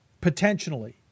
potentially